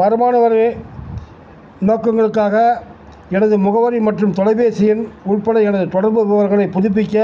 வருமான வரி நோக்கங்களுக்காக எனது முகவரி மற்றும் தொலைப்பேசி எண் உட்பட எனது தொடர்பு விவரங்களைப் புதுப்பிக்க